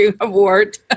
award